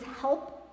help